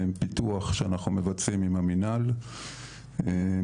פיתוח שאנחנו מבצעים עם המנהל למעל